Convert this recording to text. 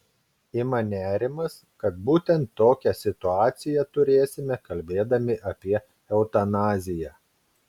ima nerimas kad būtent tokią situaciją turėsime kalbėdami apie eutanaziją